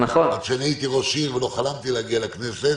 כשאני הייתי ראש עיר ולא חלמתי להגיע לכנסת,